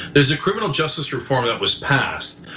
there's a criminal justice reform that was passed,